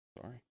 Sorry